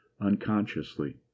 unconsciously